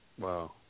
Wow